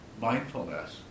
mindfulness